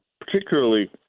particularly